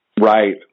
Right